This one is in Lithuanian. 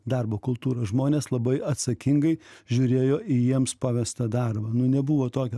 darbo kultūros žmonės labai atsakingai žiūrėjo į jiems pavestą darbą nu nebuvo tokio